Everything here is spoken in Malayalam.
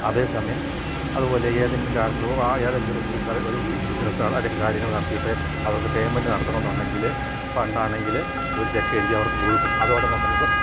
അതേ സമയം അതുപോലെ ഏതെങ്കിലും കാർക്ക് ഏതെങ്കിലും ഒരു ഒരു ബിസിനസ്സ് അല്ലെങ്കിൽ കാര്യങ്ങൾ നടത്തിയിട്ട് അവർക്ക് പേയ്മെൻറ് നടത്തണണമെന്നുണ്ടെങ്കിൽ പണ്ട് ആണെങ്കിൽ ചെക്ക് എഴുതി അവർക്ക് കൊടുക്കും അതോടെ നമുക്ക്